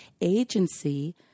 agency